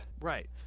Right